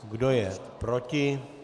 Kdo je proti?